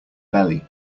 belly